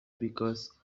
because